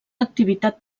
activitat